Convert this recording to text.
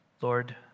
Lord